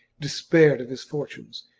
despaired of his fortunes,